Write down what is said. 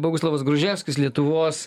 boguslavas gruževskis lietuvos